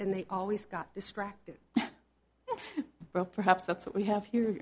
and they always got distracted but perhaps that's what we have here